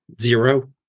zero